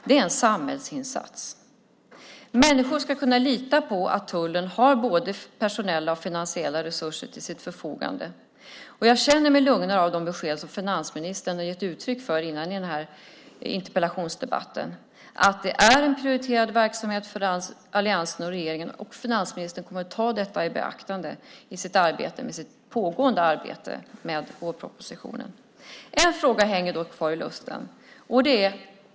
Det är en samhällsinsats. Människor ska kunna lita på att tullen har både personella och finansiella resurser till sitt förfogande. Jag känner mig lugnare av de besked som finansministern har gett uttryck för tidigare i interpellationsdebatten: att detta är en prioriterad verksamhet för alliansen och regeringen och att finansministern kommer att ta det i beaktande i sitt pågående arbete med vårpropositionen. En fråga hänger dock kvar i luften.